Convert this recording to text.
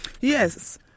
yes